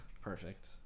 perfect